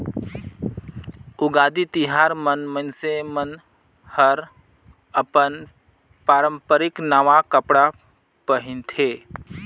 उगादी तिहार मन मइनसे मन हर अपन पारंपरिक नवा कपड़ा पहिनथे